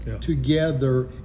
together